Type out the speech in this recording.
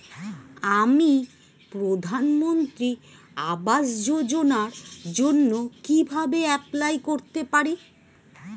আমি প্রধানমন্ত্রী আবাস যোজনার জন্য কিভাবে এপ্লাই করতে পারি?